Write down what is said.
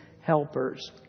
helpers